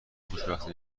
خوشبختی